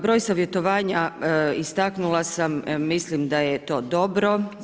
Broj savjetovanja, istaknula sam, mislim da je to dobro.